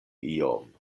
iom